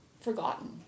forgotten